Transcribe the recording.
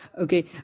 Okay